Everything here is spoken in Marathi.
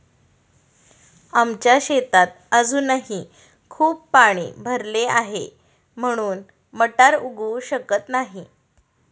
आमच्या शेतात अजूनही खूप पाणी भरले आहे, म्हणून मटार उगवू शकत नाही